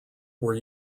were